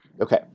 Okay